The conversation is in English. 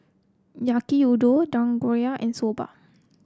Yaki Udon Dangojiru and Soba